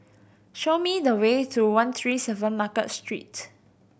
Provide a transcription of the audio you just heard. show me the way to one three seven Market Street